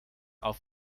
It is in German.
auf